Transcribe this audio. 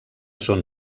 són